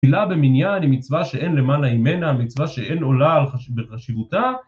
תפילה במניין היא מצווה שאין למעלה עמנה, מצווה שאין עולה בחשיבותה